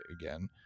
again